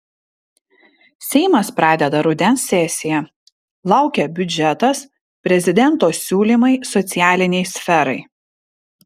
seimas pradeda rudens sesiją laukia biudžetas prezidento siūlymai socialinei sferai